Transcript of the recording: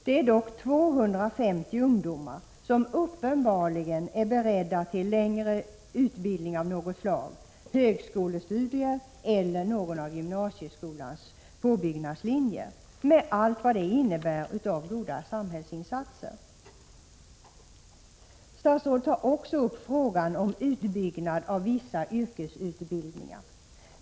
Det är dock 250 ungdomar som uppenbarligen är beredda till längre utbildning av något slag — högskolestudier eller någon av gymnasieskolans påbyggnadslinjer — med allt vad det innebär av goda samhällsinsatser. Statsrådet tar också upp frågan om utbyggnad av vissa yrkesutbildningar.